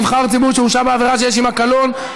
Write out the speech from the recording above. נבחר ציבור שהורשע בעבירה שיש עמה קלון),